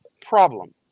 Problem